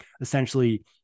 essentially